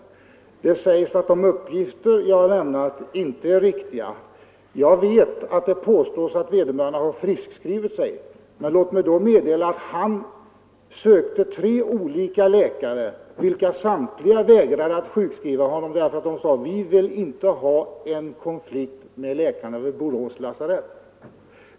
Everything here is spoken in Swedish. Statsrådet anför att de uppgifter som jag har lämnat inte är riktiga. Jag vet att det påstås att vederbörande har friskskrivit sig, men låt mig då meddela att han sökte tre olika läkare, vilka samtliga vägrade att sjukskriva honom, därför att de inte ville ha en konflikt med läkarna vid Borås lasarett.